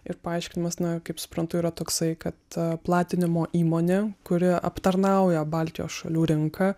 ir paaiškinimas na kaip suprantu yra toksai kad ta platinimo įmonė kuri aptarnauja baltijos šalių rinką